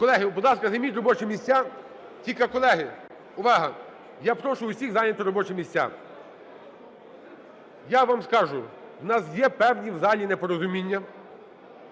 Колеги, будь ласка, займіть робочі місця. Тільки колеги, увага! Я прошу всіх зайняти робочі місця. Я вам скажу, у нас є певні в залі непорозуміння,